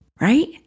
right